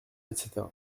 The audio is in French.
etc